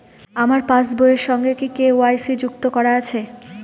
আমার পাসবই এর সঙ্গে কি কে.ওয়াই.সি যুক্ত করা আছে?